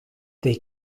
they